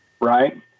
right